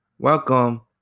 Welcome